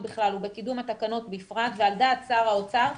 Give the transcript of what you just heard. ובקידום התקנות בפרט ועל דעת שר האוצר,